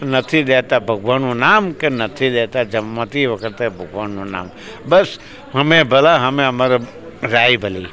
નથી દેતા ભગવાનનું નામ કે નથી દેતા જમતી વખતે ભગવાનનું નામ બસ અમે ભલા અમે અમારી રાય ભલી